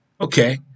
Okay